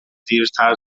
دیرتر